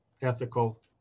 ethical